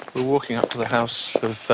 we're walking up to the house of,